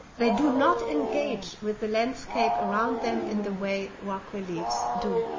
they do not engage with the landscape around them in the way rock reliefs do.